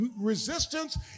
resistance